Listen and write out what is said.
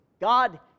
god